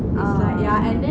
uh